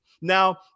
Now